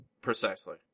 Precisely